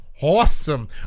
awesome